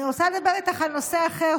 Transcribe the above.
אני רוצה לדבר איתך על נושא אחר,